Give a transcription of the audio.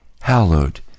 Hallowed